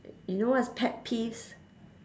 you know what is pet peeves